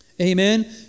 Amen